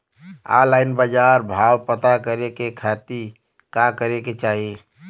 Online बाजार भाव पता करे के खाती का करे के चाही?